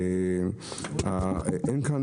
אין כאן